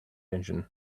engine